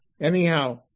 Anyhow